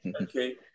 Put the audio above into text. Okay